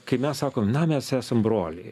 kai mes sakom na mes esam broliai